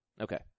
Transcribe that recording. Okay